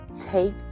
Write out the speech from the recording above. take